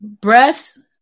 Breasts